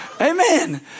Amen